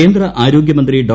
കേന്ദ്ര ആരോഗൃമന്ത്രി ഡോ